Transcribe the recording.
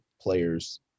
players